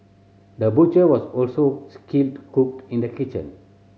the butcher was also skilled cook in the kitchen